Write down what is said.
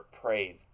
Praise